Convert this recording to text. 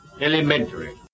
Elementary